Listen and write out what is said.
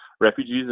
Refugees